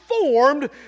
formed